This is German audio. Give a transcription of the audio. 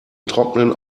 trocknen